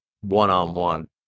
one-on-one